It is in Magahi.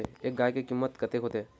एक गाय के कीमत कते होते?